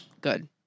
good